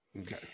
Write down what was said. Okay